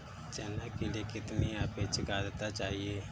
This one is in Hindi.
चना के लिए कितनी आपेक्षिक आद्रता चाहिए?